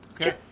Okay